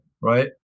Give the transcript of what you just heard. right